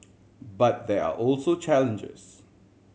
but there are also challenges